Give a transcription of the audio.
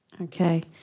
Okay